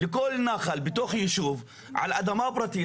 לכל נחל בתוך ישוב על אדמה פרטית,